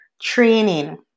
Training